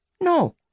No